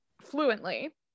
fluently